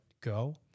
go